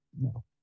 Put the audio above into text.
No